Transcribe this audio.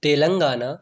Telangana